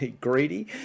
greedy